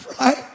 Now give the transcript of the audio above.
Right